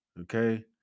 okay